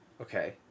Okay